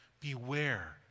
beware